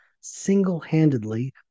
single-handedly